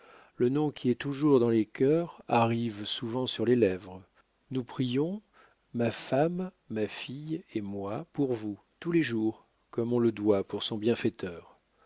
le nom qui est toujours dans les cœurs arrive souvent sur les lèvres nous prions ma femme ma fille et moi pour vous tous les jours comme on le doit pour son bienfaiteur